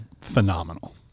phenomenal